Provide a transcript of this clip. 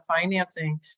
financing